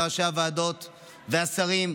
ראשי הוועדות והשרים,